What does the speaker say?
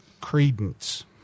credence